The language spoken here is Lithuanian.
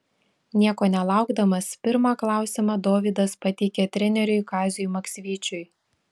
nieko nelaukdamas pirmą klausimą dovydas pateikė treneriui kaziui maksvyčiui